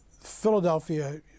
Philadelphia